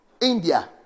india